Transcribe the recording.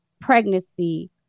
pregnancy